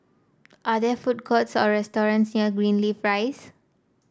are there food courts or restaurants near Greenleaf Rise